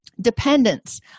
dependence